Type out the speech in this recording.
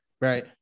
right